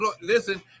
listen